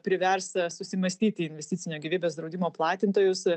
privers susimąstyti investicinio gyvybės draudimo platintojus